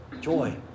joy